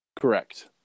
Correct